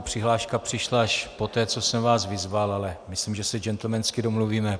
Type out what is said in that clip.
Přihláška přišla až poté, co jsem vás vyzval, ale myslím, že se gentlemansky domluvíme.